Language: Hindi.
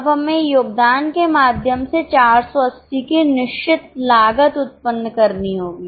अब हमें योगदान के माध्यम से 480 की निश्चित लागत उत्पन्न करनी होगी